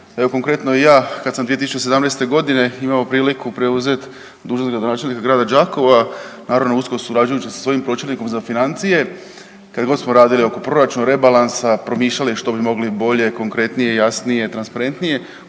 konkretno i ja kad sam 2017.g. imao priliku preuzet dužnost gradonačelnika grada Đakova naravno usko surađujući sa svojim pročelnikom za financije kad god smo radili oko proračuna rebalansa promišljali što bi mogli bolje, konkretnije, jasnije i transparentnije